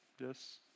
Yes